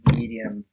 medium